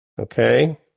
Okay